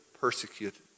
persecuted